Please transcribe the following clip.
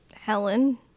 Helen